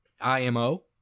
IMO